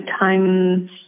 times